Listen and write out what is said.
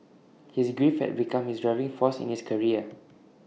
his grief had become his driving force in his career